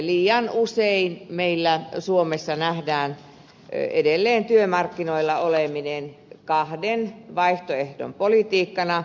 liian usein meillä suomessa nähdään edelleen työmarkkinoilla oleminen kahden vaihtoehdon politiikkana